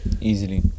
Easily